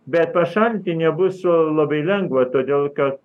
bet pašalinti nebus labai lengva todėl kad